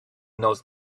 knows